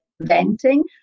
venting